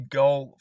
goal